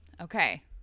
okay